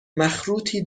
مخروطی